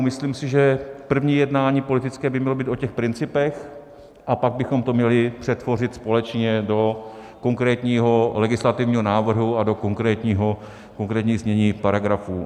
Myslím si, že první jednání politické by mělo být o těch principech, a pak bychom to měli přetvořit společně do konkrétního legislativního návrhu a do konkrétního znění paragrafů.